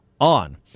on